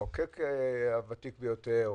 המחוקק הוותיק ביותר,